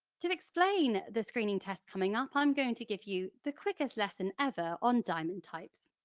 to explain the screening test coming up i'm going to give you the quickest lesson ever on diamond types.